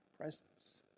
presence